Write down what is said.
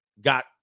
got